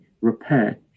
repair